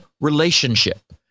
relationship